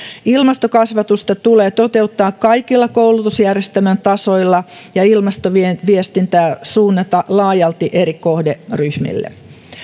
ilmastokasvatusta tulee toteuttaa kaikilla koulutusjärjestelmän tasoilla ja ilmastoviestintää suunnata laajalti eri kohderyhmille